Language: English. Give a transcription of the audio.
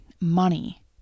Money